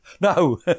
no